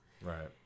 Right